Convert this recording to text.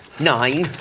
nine,